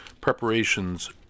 preparations